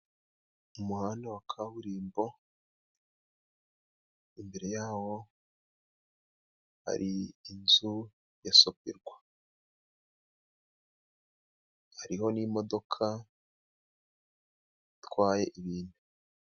Umuhanda wa kaburimbo imbere yawo hari inzu ya Sofirwa hariho n'imodoka itwaye ibintu.